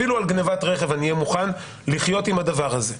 אפילו על גניבת רכב אני אהיה מוכן לחיות עם הדבר הזה,